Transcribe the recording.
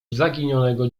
zaginionego